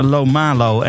Lomalo